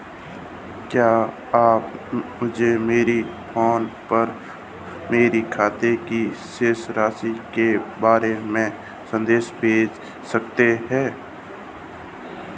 क्या आप मुझे मेरे फ़ोन पर मेरे खाते की शेष राशि के बारे में संदेश भेज सकते हैं?